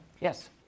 Yes